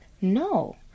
No